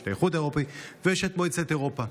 יש את האיחוד האירופי ויש את מועצת אירופה.